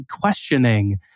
questioning